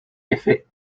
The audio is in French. effet